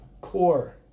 core